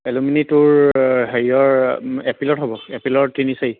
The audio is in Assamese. এলোমিনি তােৰ হেৰিয়ৰ এপ্ৰিলত হ'ব এপ্ৰিলৰ তিনি চাৰি